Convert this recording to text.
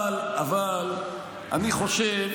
אבל אני חושב